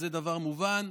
זה דבר מובן,